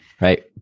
right